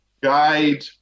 guide